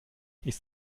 ist